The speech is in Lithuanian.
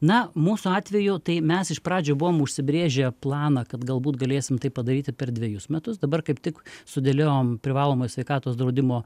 na mūsų atveju tai mes iš pradžių buvom užsibrėžę planą kad galbūt galėsim tai padaryti per dvejus metus dabar kaip tik sudėliojom privalomojo sveikatos draudimo